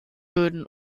böden